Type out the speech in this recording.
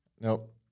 Nope